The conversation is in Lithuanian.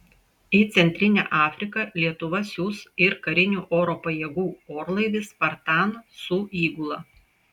į centrinę afriką lietuva siųs ir karinių oro pajėgų orlaivį spartan su įgula